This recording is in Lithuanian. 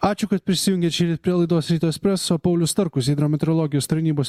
ačiū kad prisijungėt šįryt prie laidos ryto espreso paulius starkus hidrometeorologijos tarnybos